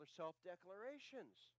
self-declarations